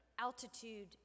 altitude